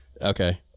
Okay